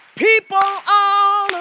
people all